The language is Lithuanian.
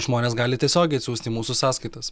žmonės gali tiesiogiai atsiųsti mūsų sąskaitas